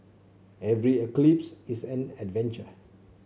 every eclipse is an adventure